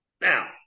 Now